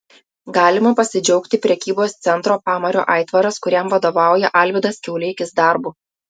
galima pasidžiaugti prekybos centro pamario aitvaras kuriam vadovauja alvydas kiauleikis darbu